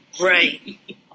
Right